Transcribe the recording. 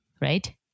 right